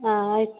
ಹಾಂ ಆಯ್ತು